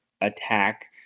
attack